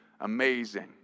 Amazing